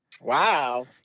Wow